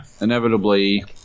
inevitably